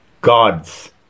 God's